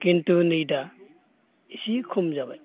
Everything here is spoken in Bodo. खिन्थु नैदा एसे खम जाबाय